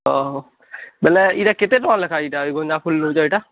ଓଃ ବୋଲେ ଏଇଟା କେତେ ଟଙ୍କା ଲେଖାଁ ଏଇଟା ଗେଁଦା ଫୁଲ୍ ମିଳୁଛି ଏଇଟା